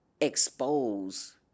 expose